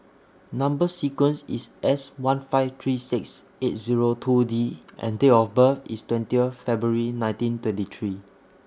Number sequence IS S one five three six eight Zero two D and Date of birth IS twenty Year February nineteen twenty three